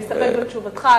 להסתפק בתשובתך,